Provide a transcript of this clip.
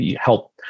help